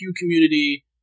community